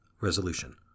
Resolution